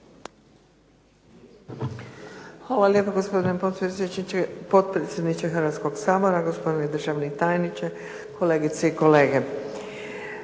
Hvala lijepo gospodine potpredsjedniče Hrvatskog sabora, gospodine državni tajniče, kolegice i kolege.